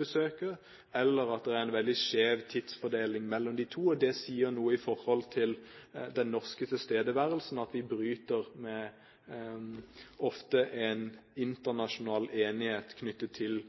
besøker, eller så er det en veldig skjev tidsfordeling mellom grupperingene. Det sier noe om den norske tilstedeværelsen at vi ofte bryter med en internasjonal enighet knyttet til